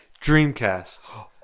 Dreamcast